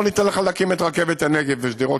לא ניתן לך להקים את רכבת הנגב בשדרות,